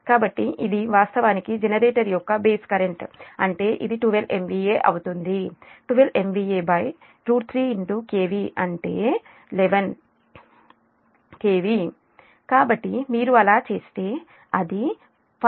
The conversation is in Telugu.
కాబట్టి ఇది వాస్తవానికి జెనరేటర్ యొక్క బేస్ కరెంట్ అంటే ఇది 12 MVA 12 MVA3KVఅంటేs 11 కాబట్టి మీరు అలా చేస్తే అది 5